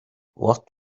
what